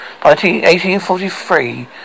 1843